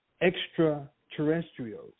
extraterrestrials